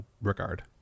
regard